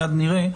מיד נראה.